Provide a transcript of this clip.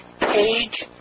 Page